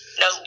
no